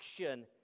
action